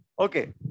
Okay